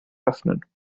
öffnen